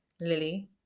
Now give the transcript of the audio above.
Lily